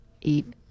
eat